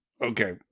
Okay